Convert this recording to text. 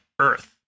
Earth